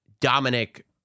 Dominic